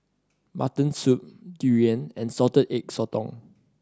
mutton soup durian and Salted Egg Sotong